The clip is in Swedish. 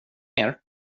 mer